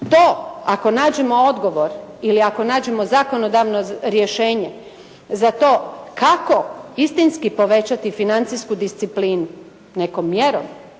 to, ako nađemo odgovor ili ako nađemo zakonodavno rješenje za to kako istinski povećati financijsku disciplinu, nekom mjerom,